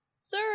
sir